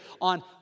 on